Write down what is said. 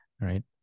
right